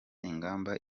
ingamba